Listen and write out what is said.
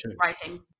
writing